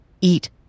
eat